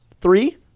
Three